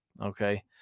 okay